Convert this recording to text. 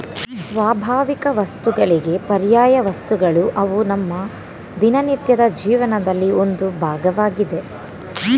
ಸ್ವಾಭಾವಿಕವಸ್ತುಗಳಿಗೆ ಪರ್ಯಾಯವಸ್ತುಗಳು ಅವು ನಮ್ಮ ದಿನನಿತ್ಯದ ಜೀವನದಲ್ಲಿ ಒಂದು ಭಾಗವಾಗಿದೆ